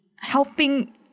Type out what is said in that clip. helping